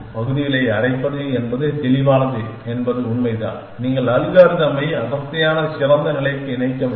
பகுதிகளை அரைப்பது என்பது தெளிவானது என்பது உண்மைதான் நீங்கள் அல்காரிதமை அடர்த்தியான சிறந்த நிலைக்கு இணைக்கவில்லை